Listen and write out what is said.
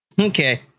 Okay